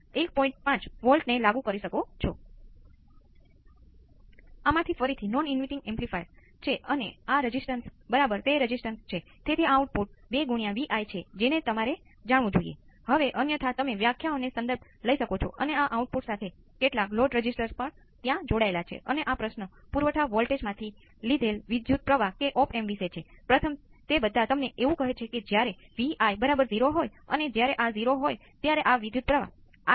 છેલ્લે જો તમે Ic માં રસ ધરાવતા હોય તો તમે જોઈ શકો છો કે આ Ic એ બીજું કશું જ નથી પરંતુ તે રેઝિસ્ટર ભાંગ્યા R છે અને જો R બરાબર 1 કિલો માંથી સીધી રીતે પ્રારંભિક સ્થિતિને સરળતાથી શોધી શકશો